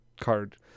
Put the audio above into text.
card